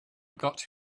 got